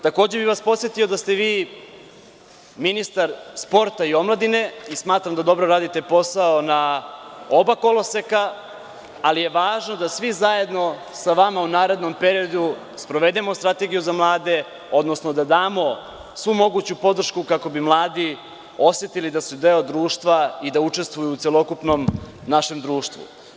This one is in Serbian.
Takođe vih vas podsetio da ste vi ministar sporta i omladine, i smatram da dobro radite posao na oba koloseka, ali je važno da svi zajedno sa vama u narednom periodu sprovedemo strategiju za mlade, odnosno da damo svu moguću podršku kako bi mladi osetili da su deo društva i da učestvuju u celokupnom našem društvu.